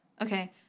Okay